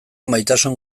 maitasun